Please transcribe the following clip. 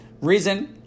Reason